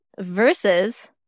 versus